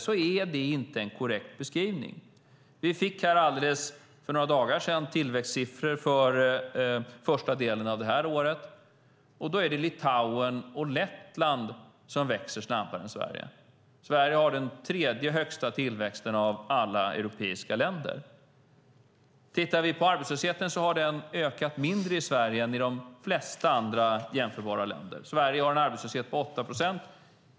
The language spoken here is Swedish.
Det är inte en korrekt beskrivning. Vi fick för några dagar sedan tillväxtsiffror för detta års första del, och de visar att det är Litauen och Lettland som växer snabbare än Sverige. Sverige har den tredje högsta tillväxten av alla europeiska länder. Arbetslösheten har ökat mindre i Sverige än i de flesta jämförbara länder. Sverige har en arbetslöshet på 8 procent.